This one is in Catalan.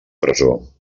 presó